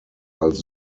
als